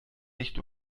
nicht